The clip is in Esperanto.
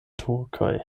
turkoj